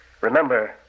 Remember